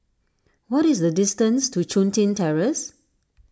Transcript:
what is the distance to Chun Tin Terrace